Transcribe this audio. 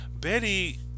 Betty